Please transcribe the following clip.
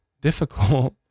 difficult